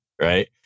Right